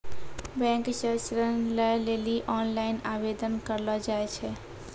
bank से ऋण लै लेली ओनलाइन आवेदन करलो जाय छै